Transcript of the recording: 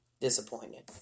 disappointed